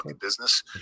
business